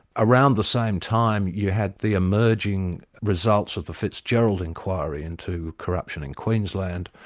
around the same time you had the emerging results of the fitzgerald inquiry into corruption in queensland,